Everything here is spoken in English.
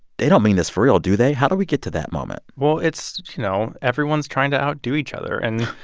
they don't mean this for real, do they? how did we get to that moment? well, it's, you know, everyone's trying to outdo each other. and.